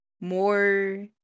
more